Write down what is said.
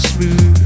Smooth